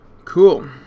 Cool